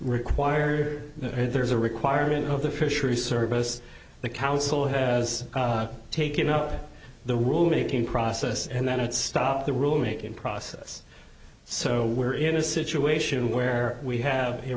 required or there's a requirement of the fishery service the council has taken up the world making process and then it stopped the rule making process so we're in a situation where we have a